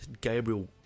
Gabriel